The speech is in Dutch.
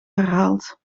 herhaald